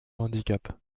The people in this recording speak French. handicap